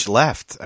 left